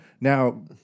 now